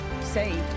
saved